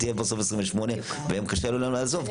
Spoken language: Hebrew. אתה תהיה בסוף 28. קשה להם לעזוב,